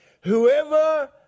Whoever